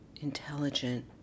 intelligent